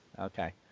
Okay